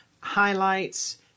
highlights